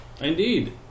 Indeed